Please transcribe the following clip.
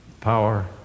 power